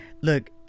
look